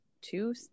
two